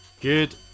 Good